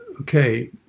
okay